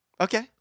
okay